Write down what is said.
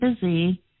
busy